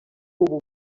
ubu